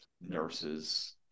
Nurses